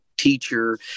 teacher